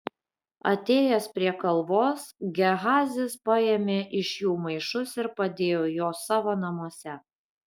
atėjęs prie kalvos gehazis paėmė iš jų maišus ir padėjo juos savo namuose